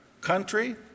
country